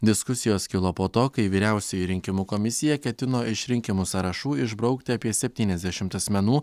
diskusijos kilo po to kai vyriausioji rinkimų komisija ketino iš rinkimų sąrašų išbraukti apie septyniasdešimt asmenų